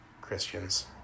Christians